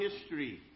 history